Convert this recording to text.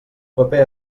paper